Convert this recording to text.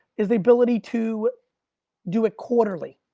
is the ability to do it quarterly.